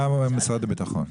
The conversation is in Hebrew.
מה אומרים במשרד הביטחון?